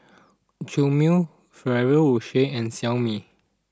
Chomel Ferrero Rocher and Xiaomi